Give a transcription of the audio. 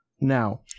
now